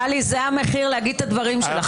טלי, זה המחיר להגיד את הדברים שלך.